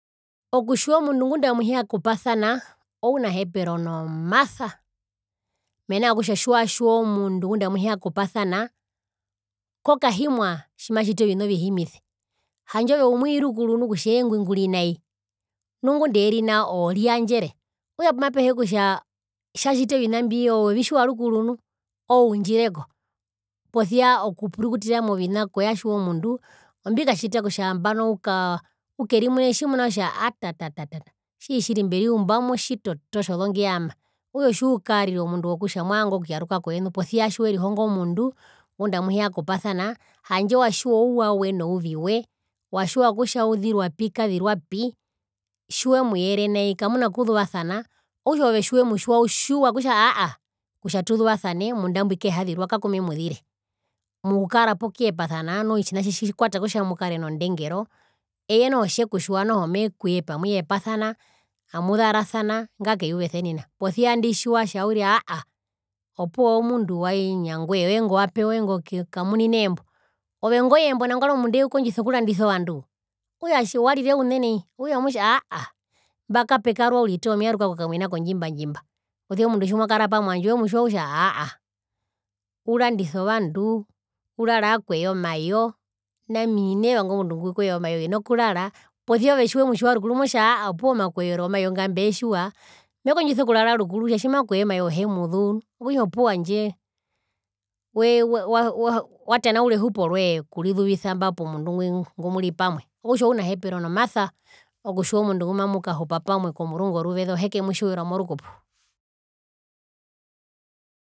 Okutjiwa omundu ngunda amuhiya kupasana ounahepero nomasa, mena rokutja tjiwatjiwa omundu ngunda amuhiya kupasana kokahimwa tjimatjiti ovihimise handje ove umwii rukuru kutja eengwi nguri nai nu ngunda eeri nao ove oriyandjere okutja pumapehee kutja tjatjiti ovina mbi wevitjiwa rukuru nu oundjireko posia okupurukutira movina koya tjiwa omundu imbi katjita kutja ukaa ukerimune kutja atata tjiri mberiumba motjitototo tjo zongejama okutja otjiukarira omundu wokutja movanga okuyaruka koyenu posia tjiwe rihongo omundu ngunda amuhia kupasana handje watjiwa ouwa we nouvi we watjiwa kutja uzirwapi nukazirwapi tjiwemuyere nai kamuna okuzuvasana okutja ove tjiwemutjiwa utjiwa kutja aakaha kutja tuzuvasane munda mbwi kehazirwa kakumemuzire mukara poku yepasana nu otjinahi wina tjikwata kutja mukare nondengero eye noho tjekutjiwa mekuyepe amuyepasana amuzarasana nga keyuva esenina posia indu tjiwatja uriri aakaha omundu wa injangwee eengo wapewa eengo kamuninee mbo ove ngoyembo nangwari omundu ukondjisa okurandisa ovandu okutja warire une nai okutja motja aakaha imba kapekarwa uriri toho meyaruka kokamuina kondjimbandjimba posia omundu tjimwakara pamwe handje wemutjiwa kutja aakaha urandisa ovandu urara akwee omajo nami himeevanga omundu ngukweja omajo hino kurara posia ove tjiwe mutjiwa rukuru motja aakaha opuwo omakweero womajo nga mbeetjiwa mekondjisa okurara rukuru kutja tjima kwee omajo ohe muzuu handje we wa wa tanaura ehupo roje okurizuvisa pomundu ngwi ngumuri pamwe okutja ounahepero nomasa okutjiwa omundu nguma mukahupa pamwe komurungu oruveze ohe kemutjiwirwa morukupo